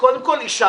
מי נמנע?